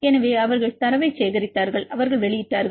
எனவே அவர்கள் தரவைச் சேகரித்தார்கள் அவர்கள் வெளியிட்டார்கள்